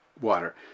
water